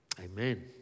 amen